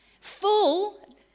full